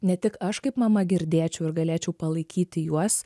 ne tik aš kaip mama girdėčiau ir galėčiau palaikyti juos